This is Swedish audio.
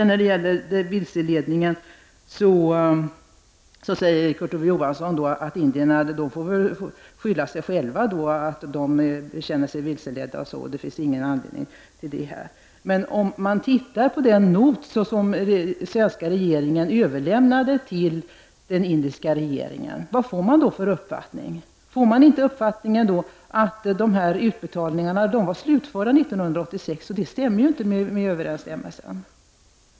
När det gäller vilseledandet säger Kurt Ove Johansson att indierna får skylla sig själva om de känner sig vilseledda och att det inte finns någon anledning att tala om det. Men vilken uppfattning får man då om man tittar på den note som den svenska regeringen överlämnade till den indiska regeringen? Får man inte då uppfattningen att de här utbetalningarna var slutförda 1986? Men i så fall råder det inte överensstämmelse här.